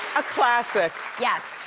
a classic. yes.